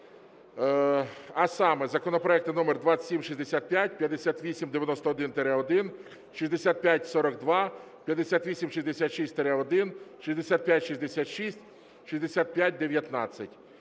А саме: законопроекти номер 2765, 5891-1, 6542, 5866-1, 6566, 6519.